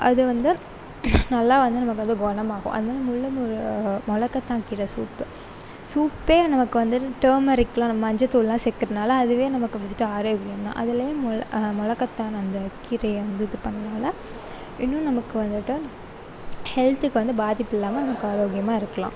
அது வந்து நல்லா வந்து நமக்கு வந்து குணமாகும் அது மாதிரி முள் முரு மொடக்கத்தான் கீரை சூப்பு சூப்பே நமக்கு வந்துட்டு டேமரிக்கெலாம் இது மஞ்சத்தூளெலாம் சேர்க்குறதுனால அதுவே நமக்கு ஃபஸ்ட்டு ஆரோக்கியம்தான் அதிலே மொ மொடக்காத்தான் அந்த கீரையை வந்து இது பண்ணுறதால இன்னும் நமக்கு வந்துட்டு ஹெல்த்துக்கு வந்து பாதிப்பில்லாமல் நமக்கு ஆரோக்கியமாக இருக்கலாம்